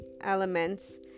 elements